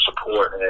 support